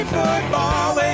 football